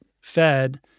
fed